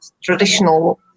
traditional